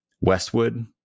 Westwood